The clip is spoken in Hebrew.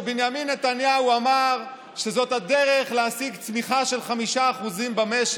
כשבנימין נתניהו אמר שזו הדרך להשיג צמיחה של 5% במשק?